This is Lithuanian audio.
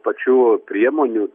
pačių priemonių